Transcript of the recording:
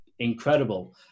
Incredible